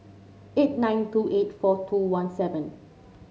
eight nine two eight four two one seven